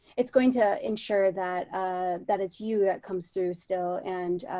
it's going to ensure that ah that it's you that comes through still and